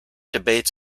debates